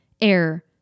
air